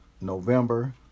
November